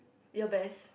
your best